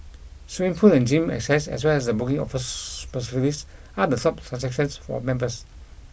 swimming pool and gym access as well as the booking of sports are the sub for members